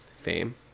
Fame